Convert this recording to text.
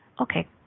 Okay